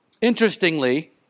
Interestingly